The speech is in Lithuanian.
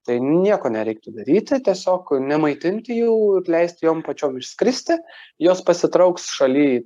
tai nieko nereiktų daryti tiesiog nemaitinti jų ir leist jom pačiom išskristi jos pasitrauks šaly